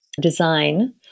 design